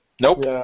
Nope